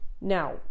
Now